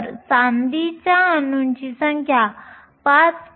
तर चांदीच्या अणूंची संख्या 5